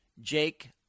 Jake